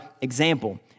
example